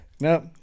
Nope